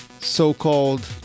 so-called